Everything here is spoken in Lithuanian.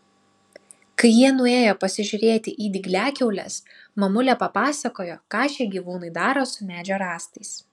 kai jie nuėjo pasižiūrėti į dygliakiaules mamulė papasakojo ką šie gyvūnai daro su medžio rąstais